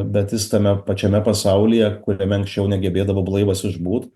bet jis tame pačiame pasaulyje kuriame anksčiau negebėdavo blaivas išbūt